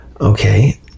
Okay